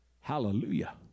Hallelujah